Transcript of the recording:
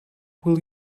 will